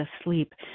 asleep